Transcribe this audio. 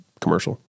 commercial